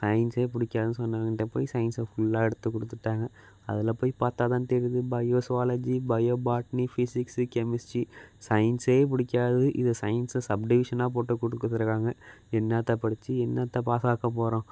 சயின்ஸே பிடிக்காதுன்னு சொன்னவன்கிட்ட போய் சயின்ஸை ஃபுல்லாக எடுத்து கொடுத்துட்டாங்க அதில் போய் பார்த்தா தான் தெரியுது bio zoology bio botany physics chemistry சயின்ஸே பிடிக்காது இதில் சைன்ஸை சப்டிவிஷனாக போட்டு கொடு கொடுத்துருக்காங்க என்னாத்தை படித்து என்னாத்தை பாஸ் ஆக போகிறோம்